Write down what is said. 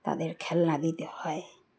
তাদের খেলনা দিতে হয়